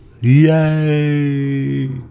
Yay